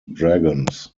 dragons